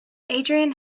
adrian